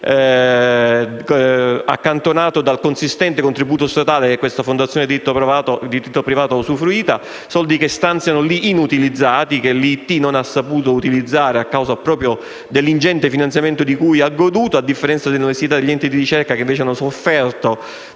accantonato grazie al consistente contributo statale di cui questa fondazione di diritto privato ha usufruito. Soldi stanziati e inutilizzati, che l'IIT non ha saputo sfruttare proprio a causa dell'ingente finanziamento di cui ha goduto, a differenza delle università e degli enti di ricerca, che invece hanno sofferto